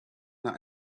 that